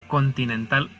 continental